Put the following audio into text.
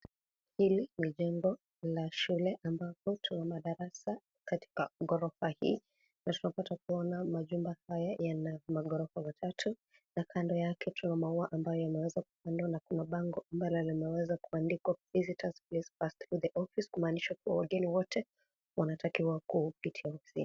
Hili ni jengo la shule ambapo tunaona darasa katika gorofa hii na tunapata kuona majengo haya yana magorofa matatu na kando yake tuna maua ambayo inaweza kupandwa na kuna bango ambalo linaweza kuandikwa visitors please pass through the office kumaanisha kuwa wageni wote wanatakiwa kupitia ofisini.